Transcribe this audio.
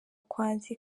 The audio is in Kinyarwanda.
kwanjye